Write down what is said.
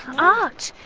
art.